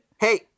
Hey